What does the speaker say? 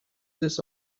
this